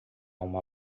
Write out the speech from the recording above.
uma